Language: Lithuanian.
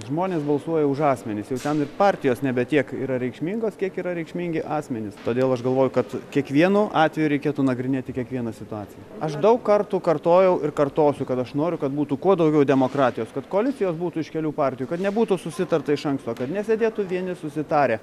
žmonės balsuoja už asmenis jau jau ten ir partijos nebe tiek yra reikšmingos kiek yra reikšmingi asmenys todėl aš galvoju kad kiekvienu atveju reikėtų nagrinėti kiekvieną situaciją aš daug kartų kartojau ir kartosiu kad aš noriu kad būtų kuo daugiau demokratijos kad koalicijos būtų iš kelių partijų kad nebūtų susitarta iš anksto kad nesėdėtų vieni susitarę